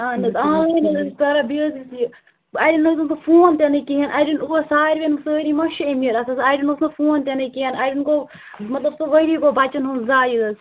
اہن حظ آنلایِن حظ ٲسۍ کَران بیٚیہِ حظ یہِ اَڑٮ۪ن حظ اوس نہٕ فون تہِ نہٕ کِہیٖنۍ اَڑٮ۪ن اوس ساروِیَن سٲری ما چھِ أمیٖر آسان اَڑٮ۪ن اوس نہٕ فون تہِ نہٕ کِہیٖنۍ اَڑٮ۪ن گوٚو مَطلب سُہ ؤری گوٚو بَچن ہُنٛد زایہِ حظ